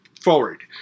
forward